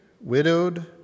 widowed